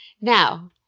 now